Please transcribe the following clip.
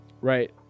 right